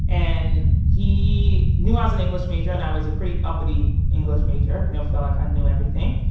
and he knew i was an english major, and i was a pretty uppity english major, you know, felt like i knew everything.